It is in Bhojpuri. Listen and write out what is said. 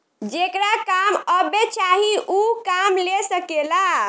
जेकरा काम अब्बे चाही ऊ काम ले सकेला